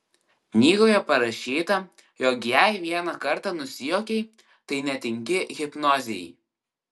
knygoje parašyta jog jei vieną kartą nusijuokei tai netinki hipnozei